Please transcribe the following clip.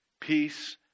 Peace